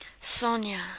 Sonya